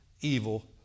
evil